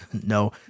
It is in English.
no